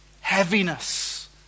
heaviness